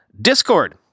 Discord